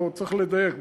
פה צריך לדייק.